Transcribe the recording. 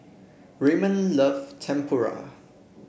Ramon love Tempura